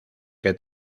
que